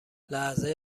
لحظه